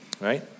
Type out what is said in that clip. Right